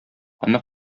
аны